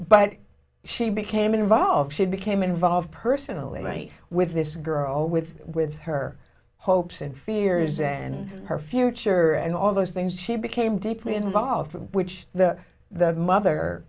but she became involved she'd became involved personally race with this girl with with her hopes and fears and her future and all those things she became deeply involved with which the the mother